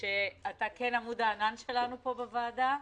שאתה עמוד הענן שלנו פה בוועדה,